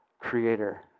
Creator